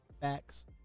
facts